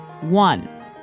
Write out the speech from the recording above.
One